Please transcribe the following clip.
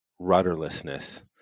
rudderlessness